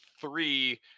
three